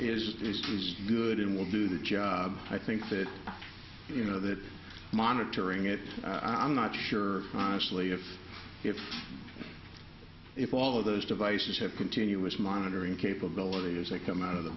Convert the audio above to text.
days good in will do the job i think that you know that monitoring it i'm not sure honestly of if if all of those devices have continuous monitoring capability as they come out of the